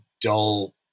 Dull